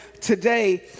today